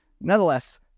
nonetheless